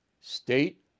state